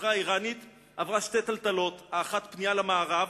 החברה האירנית עברה שתי טלטלות: האחת, פנייה למערב